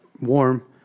warm